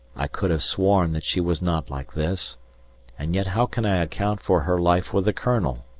i could have sworn that she was not like this and yet how can i account for her life with the colonel?